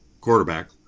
Quarterback